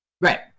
Right